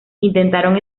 intentaron